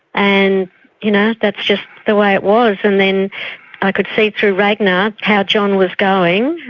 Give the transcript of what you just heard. and you know that's just the way it was. and then i could see through ragnar how john was going,